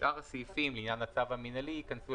שאר הסעיפים לעניין הצו המינהלי ייכנסו